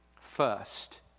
First